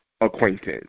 acquaintance